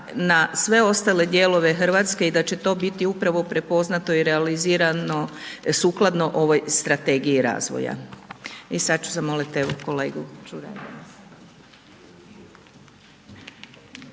na sve ostale dijelove Hrvatske i da će to biti upravo prepoznato i realizirano sukladno ovoj strategiji razvoja. I sad ću zamoliti, evo kolegu. **Čuraj,